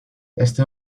este